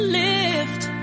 lift